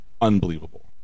unbelievable